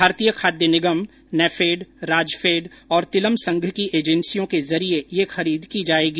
भारतीय खाद्य निगम नैफेड राजफैड और तिलम संघ की एजेंसियों के जरिये यह खरीद की जाएगी